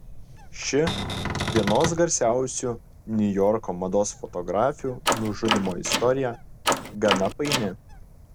ši vienos garsiausių niujorko mados fotografių nužudymo istorija gana paini